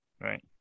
right